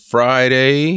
Friday